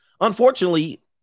Unfortunately